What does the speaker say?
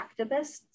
Activists